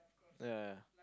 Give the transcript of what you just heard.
ya